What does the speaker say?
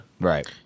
right